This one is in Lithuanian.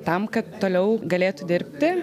tam kad toliau galėtų dirbti